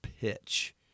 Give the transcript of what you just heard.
pitch